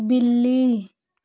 बिल्ली